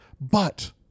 But-